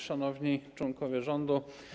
Szanowni Członkowie Rządu!